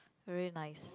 very nice